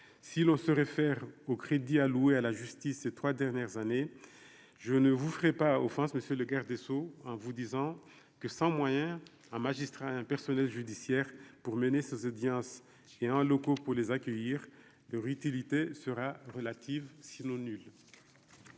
si l'on se réfère aux crédits alloués à la justice, ces 3 dernières années, je ne vous ferai pas offense monsieur le garde des Sceaux en vous disant que sans moyens, un magistrat, un personnel judiciaire pour mener ces audiences géants locaux pour les accueillir, d'heure utilité sera relative sinon nul.